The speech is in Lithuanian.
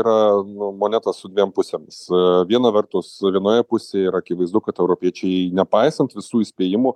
yra nu moneta su dviem pusėmis viena vertus vienoje pusėje yra akivaizdu kad europiečiai nepaisant visų įspėjimų